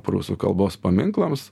prūsų kalbos paminklams